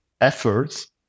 efforts